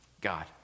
God